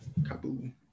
Kabu